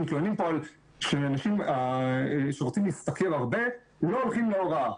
מתלוננים שאנשים שרוצים להשתכר הרבה לא הולכים להוראה,